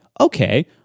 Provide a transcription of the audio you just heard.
okay